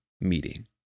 Meeting